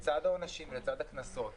לצד העונשים והקנסות,